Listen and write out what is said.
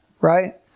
right